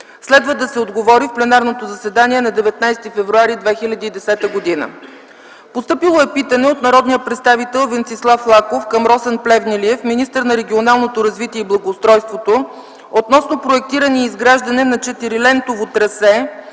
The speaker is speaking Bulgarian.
Следва да се отговори в пленарното заседание на 19 февруари 2010 г. Постъпило е питане от народния представител Венцислав Лаков към Росен Плевнелиев – министър на регионалното развитие и благоустройството, относно проектиране и изграждане на четирилентово трасе